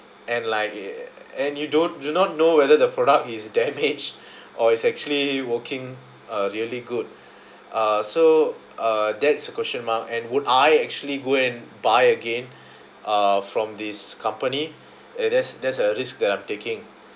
and like uh and you don't do not know whether the product is damaged or it's actually working uh really good uh so uh that's a question mark and would I actually go and buy again uh from this company it that's that's a risk that I'm taking